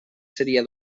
seria